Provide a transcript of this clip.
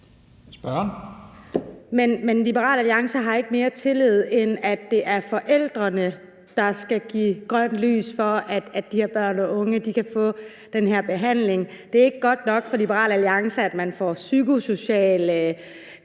Men Liberal Alliance har ikke mere tillid, end at det er forældrene, der skal give grønt lys for, at de her børn og unge kan få den her behandling. Det er ikke godt nok for Liberal Alliance, at man får psykosocial